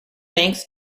banks